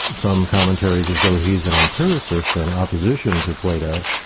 some commentaries, as though he's an empiricist in opposition to plato.